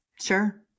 Sure